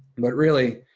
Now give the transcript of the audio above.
but really,